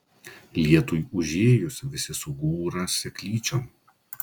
lietui užėjus visi sugūra seklyčion